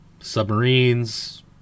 Submarines